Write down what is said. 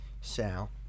Sal